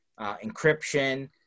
encryption